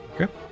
Okay